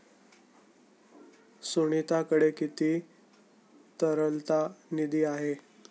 सुनीताकडे किती तरलता निधी आहे?